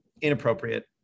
inappropriate